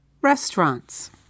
restaurants